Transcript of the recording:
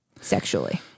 sexually